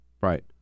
right